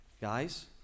Guys